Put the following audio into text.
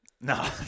No